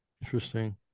Interesting